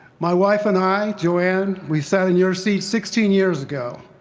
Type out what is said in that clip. my wife and i, joann we sat in your seats sixteen years ago,